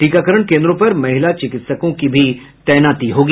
टीकाकरण केन्द्रों पर महिला चिकित्सकों की भी तैनाती होगी